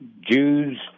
Jews